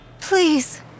Please